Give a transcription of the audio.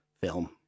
film